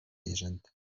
zwierzęta